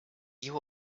you